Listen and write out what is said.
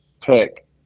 pick